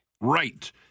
Right